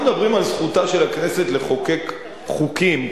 אנחנו מדברים על זכותה של הכנסת לחוקק חוקים,